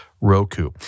Roku